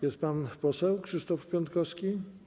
Jest pan poseł Krzysztof Piątkowski?